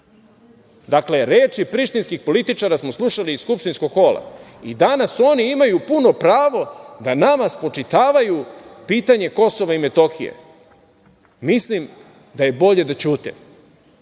Dakle, reči prištinskih političara smo slušali iz skupštinskog hola i danas oni imaju puno pravo da nama spočitavaju pitanje Kosova i Metohije. Mislim da je bolje da ćute.